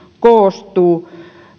koostuu